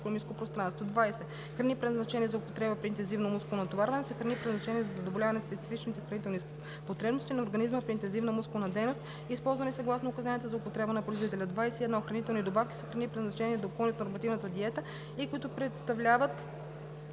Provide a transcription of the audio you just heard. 20. „Храни, предназначени за употреба при интензивно мускулно натоварване“, са храни, предназначени за задоволяване на специфичните хранителни потребности на организма при интензивна мускулна дейност, използвани съгласно указанията за употреба на производителя. 21. „Хранителни добавки“ са храни, предназначени да допълнят нормалната диета и които представляват